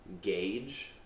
gauge